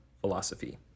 philosophy